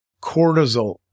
Cortisol